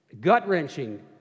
gut-wrenching